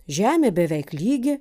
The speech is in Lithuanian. žemė beveik lygi